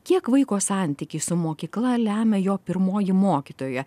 kiek vaiko santykį su mokykla lemia jo pirmoji mokytoja